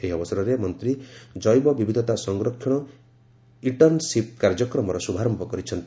ଏହି ଅବସରରେ ମନ୍ତ୍ରୀ ଜ୍ଜୈବ ବିବିଧତା ସଂରକ୍ଷଣ ଇଣ୍ଟର୍ଣ୍ଣସିପ୍ କାର୍ଯ୍ୟକ୍ରମର ଶୁଭାରମ୍ଭ କରିଛନ୍ତି